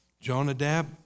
Jonadab